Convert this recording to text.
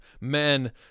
men